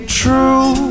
true